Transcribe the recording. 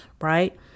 right